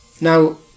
Now